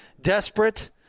desperate